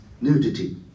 Nudity